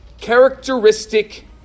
characteristic